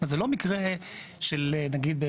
זה לא מקרה של נגיד,